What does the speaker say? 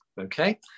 Okay